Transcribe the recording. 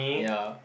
ya